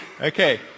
okay